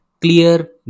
clear